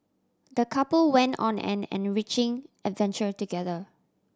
the couple went on an enriching adventure together